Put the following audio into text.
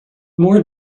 more